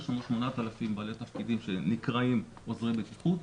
יש לנו 8,000 בעלי תפקידים שנקראים עוזרי בטיחות.